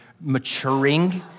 maturing